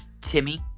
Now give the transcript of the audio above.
Timmy